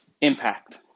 impact